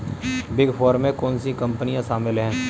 Big four में कौन सी कंपनियाँ शामिल हैं?